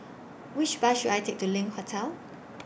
Which Bus should I Take to LINK Hotel